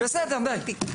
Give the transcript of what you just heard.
בסדר, די.